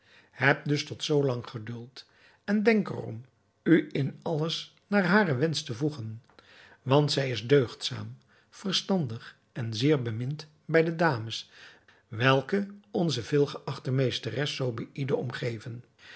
heb dus tot zoo lang geduld en denk er om u in alles naar haren wensch te voegen want zij is deugdzaam verstandig en zeer bemind bij al de dames welke onze veel geachte meesteres zobeïde omgeven